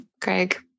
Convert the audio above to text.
Craig